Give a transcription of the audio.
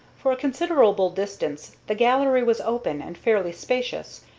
for a considerable distance the gallery was open and fairly spacious,